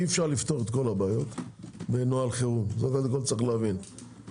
אי אפשר לפתור את כל הבעיות בנוהל חירום יש להבין את זה.